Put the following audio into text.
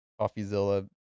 Coffeezilla